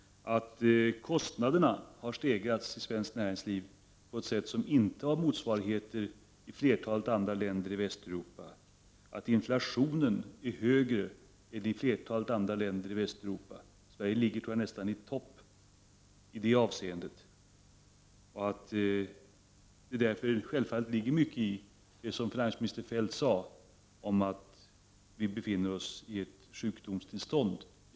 Kostnaderna har stigit i svenskt näringsliv på ett sätt som inte har några motsvarigheter i flertalet andra länder i Västeuropa. Inflationen är högre än i flertalet andra länder i Västeuropa — Sverige ligger, tror jag, nästan i topp i det avseendet. Det ligger självfallet mycket i det som finansminister Feldt sade om att svensk ekonomi befinner sig i ett sjukdomstillstånd.